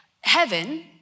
Heaven